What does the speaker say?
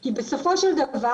כי בסופו של דבר,